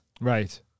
Right